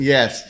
Yes